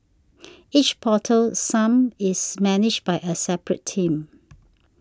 each portal sump is managed by a separate team